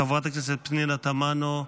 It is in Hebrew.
חברת הכנסת פנינה תמנו,